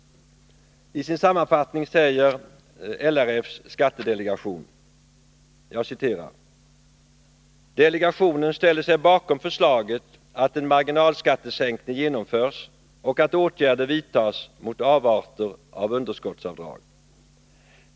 I sin sammanfattning säger LRF:s skattedelegation: ”Delegationen ställer sig bakom förslaget att en marginalskattesänkning genomförs och att åtgärder vidtas mot avarter av underskottsavdrag.